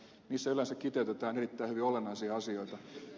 niissä yleensä kiteytetään erittäin hyvin olennaisia asioita